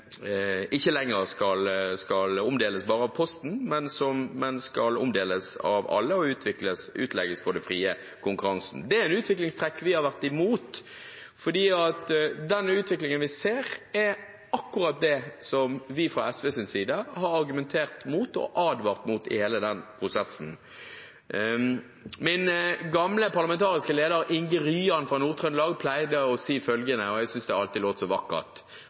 ikke lenger skal omdeles bare av Posten, men skal omdeles av alle og legges ut for fri konkurranse. Det er et utviklingstrekk vi har vært imot, fordi den utviklingen vi ser, er akkurat det vi fra SVs side har argumentert mot og advart mot i hele den prosessen. Min gamle parlamentariske leder, Inge Ryan fra Nord-Trøndelag, pleide å si følgende, og jeg syntes alltid det låt så vakkert: